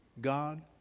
God